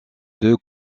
deux